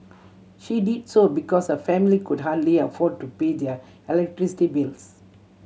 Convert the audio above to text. she did so because her family could hardly afford to pay their electricity bills